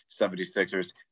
76ers